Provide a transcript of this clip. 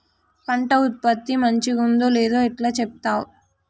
పంట ఉత్పత్తి మంచిగుందో లేదో ఎట్లా చెప్తవ్?